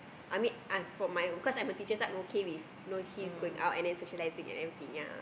I mean uh for my cause I'm a teacher so I'm okay you know he's going out and then socialising and everything ya